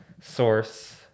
source